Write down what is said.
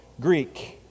Greek